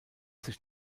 sich